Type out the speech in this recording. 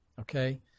okay